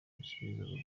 igisubizo